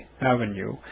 Avenue